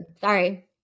Sorry